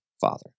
Father